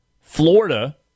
Florida